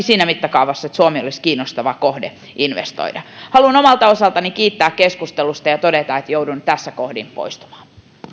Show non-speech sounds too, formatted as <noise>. <unintelligible> siinä mittakaavassa että suomi olisi kiinnostava kohde investoida haluan omalta osaltani kiitää keskustelusta ja todeta että joudun tässä kohdin poistumaan